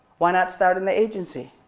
why not start in the agency?